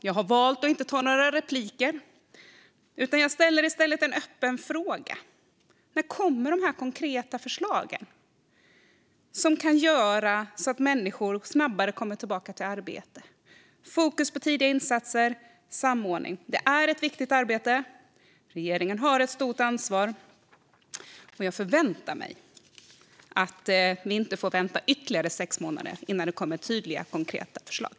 Jag har valt att inte ta några repliker i debatten. Jag ställer i stället en öppen fråga. När kommer de konkreta förslagen som kan göra att människor snabbare kommer tillbaka till arbete? Det ska vara fokus på tidiga insatser och samordning. Det är ett viktigt arbete. Regeringen har ett stort ansvar. Jag förväntar mig att vi inte får vänta ytterligare sex månader innan det kommer tydliga, konkreta förslag.